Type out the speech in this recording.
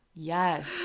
Yes